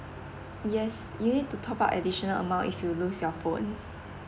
yes you need to top up additional amount if you lose your phone